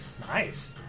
Nice